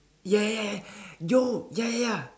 ya ya yo ya ya ya